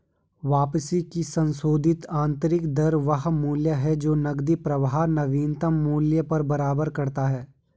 वापसी की संशोधित आंतरिक दर वह मूल्य है जो नकदी प्रवाह के नवीनतम मूल्य को बराबर करता है